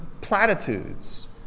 platitudes